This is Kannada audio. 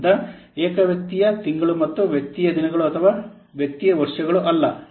ಆದ್ದರಿಂದ ಏಕೆ ವ್ಯಕ್ತಿಯ ತಿಂಗಳು ಮತ್ತು ವ್ಯಕ್ತಿಯ ದಿನಗಳು ಅಥವಾ ವ್ಯಕ್ತಿಯ ವರ್ಷಗಳು ಅಲ್ಲ